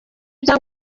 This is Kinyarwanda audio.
ibya